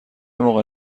موقع